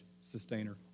sustainer